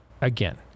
again